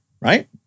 Right